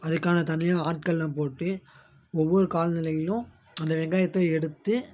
அதுக்கான தனியாக ஆட்கள்லாம் போட்டு ஒவ்வொரு காலநிலையிலும் அந்த வெங்காயத்தை எடுத்து